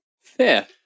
Fair